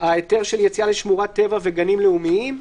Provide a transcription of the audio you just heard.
היתר של יציאה לשמורת טבע וגנים לאומיים,